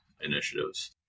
initiatives